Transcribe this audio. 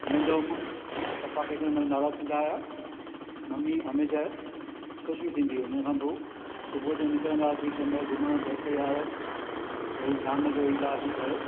वेंदो होमि पपा कंहिं कंहिं महिल नाराज़ु थींदा हुआ ममी हमेशा ख़ुशि ई थींदी हुई हुन खां पोइ सुबुहु जो निकिरंदा हुआसीं कंहिं महिल घुमण दोस्त यार वरी शाम जो ईंदा हुआसीं घरु